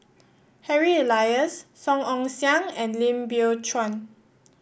Harry Elias Song Ong Siang and Lim Biow Chuan